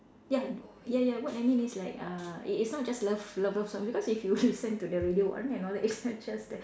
ya ya ya what I mean is like uh it is not just love lover song because if you listen to the radio warna and all that it's not just the